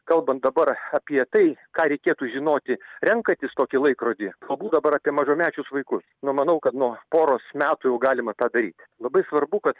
kalbant dabar apie tai ką reikėtų žinoti renkantis tokį laikrodį kalbu dabar apie mažamečius vaiku na manau kad nuo poros metų jau galima tą daryt labai svarbu kad